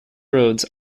roads